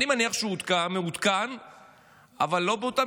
אני מניח שהוא מעודכן אבל לא באותה